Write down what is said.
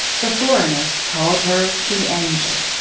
the foreigners called her the angel.